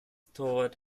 torwart